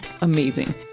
amazing